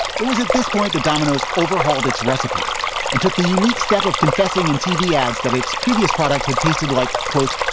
it was at this point the domino's overhauled its recipe and took the unique step of confessing in tv ads that its previous product had tasted like, quote,